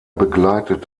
begleitet